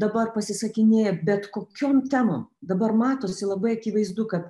dabar pasisakinėja bet kokiom temom dabar matosi labai akivaizdu kad